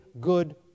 good